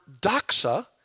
doxa